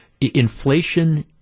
inflation